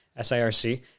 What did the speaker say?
SIRC